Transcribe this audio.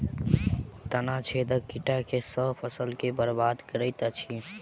तना छेदक कीट केँ सँ फसल केँ बरबाद करैत अछि?